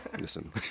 Listen